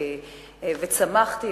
וצמחתי,